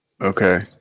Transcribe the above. Okay